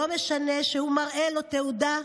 לא משנה שהוא מראה לו תעודה,